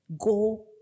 go